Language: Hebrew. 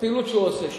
הפעילות שהוא עושה שם,